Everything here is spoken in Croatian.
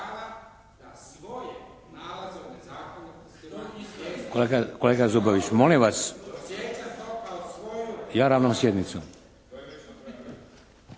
Kolega Zubović, molim vas. Ja ravnam sjednicom.